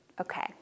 okay